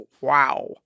Wow